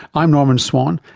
i'm norman swan,